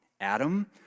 adam